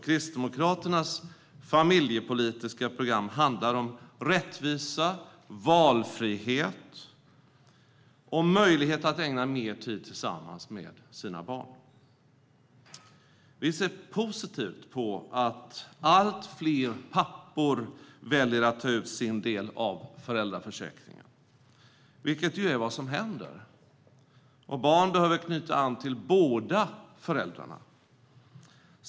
Kristdemokraternas familjepolitiska program handlar om rättvisa, valfrihet och möjlighet till mer tid tillsammans med sina barn. Vi ser positivt på att allt fler pappor väljer att ta ut sin del av föräldraförsäkringen, vilket ju är vad som händer. Barn behöver knyta an till båda föräldrarna.